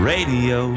Radio